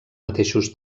mateixos